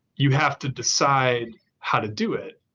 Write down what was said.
you have to decide how to do it.